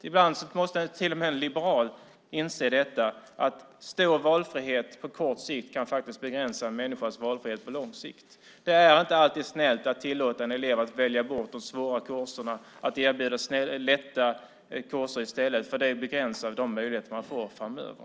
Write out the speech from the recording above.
Ibland måste till och med en liberal inse att stor valfrihet på kort sikt kan begränsa en människas valfrihet på lång sikt. Det är inte alltid snällt att tillåta en elev att välja bort de svåra kurserna och att erbjuda lätta kurser i stället. Det begränsar de möjligheter eleverna får framöver.